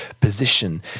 position